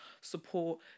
support